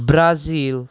Brazil